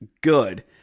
Good